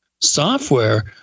software